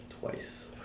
Twice